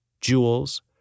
jewels